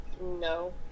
no